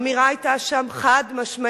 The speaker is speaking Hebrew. האמירה היתה שם חד-משמעית: